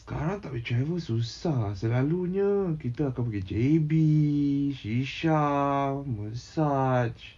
sekarang tak boleh travel susah ah selalunya kita akan pergi J_B shisha massage